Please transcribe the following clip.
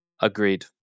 Agreed